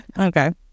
okay